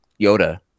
Yoda